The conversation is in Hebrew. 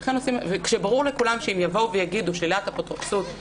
כשברור לכולם שאם יבואו ויגידו הליך